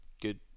good